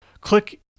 click